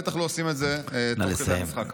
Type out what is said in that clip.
בטח לא עושים את זה תוך כדי המשחק.